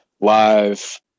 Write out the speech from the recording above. live